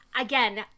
again